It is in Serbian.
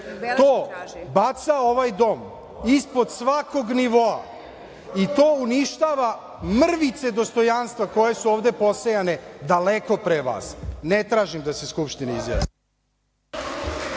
to baca ovaj dom ispod svakog nivoa i to uništava mrvice dostojanstva koje su ovde posejane daleko pre vas. Ne tražim da se Skupština izjasni.